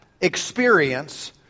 experience